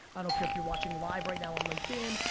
i don't care if you're watching live right now on linkedin.